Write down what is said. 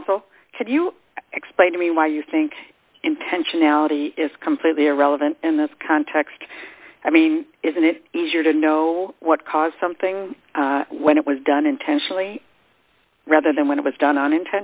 could you explain to me why you think intentionality is completely irrelevant in this context i mean isn't it easier to know what caused something when it was done intentionally rather than when it was done on i